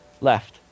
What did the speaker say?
Left